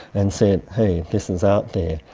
and said, hey, this is out there,